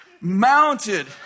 mounted